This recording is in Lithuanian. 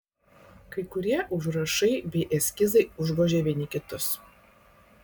kai kurie užrašai bei eskizai užgožė vieni kitus